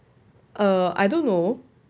err I don't know